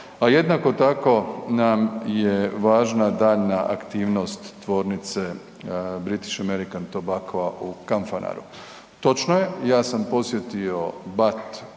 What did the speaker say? jednako tako nam je važna daljnja aktivnost tvornice British American Tobacco u Kanfanaru. Točno je, ja sam posjetio BAT u lipnju,